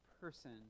person